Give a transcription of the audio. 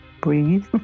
Breathe